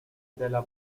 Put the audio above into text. della